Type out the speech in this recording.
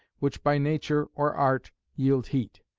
which by nature, or art, yield heat.